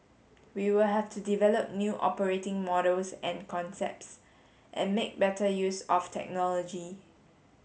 we will have to develop new operating models and concepts and make better use of technology